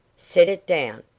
set it down.